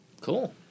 Cool